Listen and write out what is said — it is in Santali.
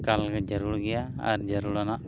ᱮᱠᱟᱞ ᱜᱮ ᱡᱟᱹᱨᱩᱨ ᱜᱮᱭᱟ ᱟᱨ ᱡᱟᱹᱨᱩᱲᱟᱱᱟᱜ